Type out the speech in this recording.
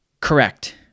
Correct